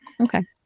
Okay